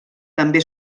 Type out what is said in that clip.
també